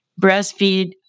breastfeed